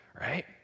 right